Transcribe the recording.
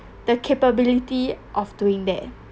the capability of doing that